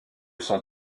son